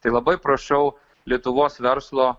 tai labai prašau lietuvos verslo